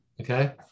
okay